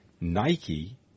Nike